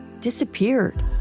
disappeared